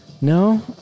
No